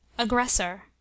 Aggressor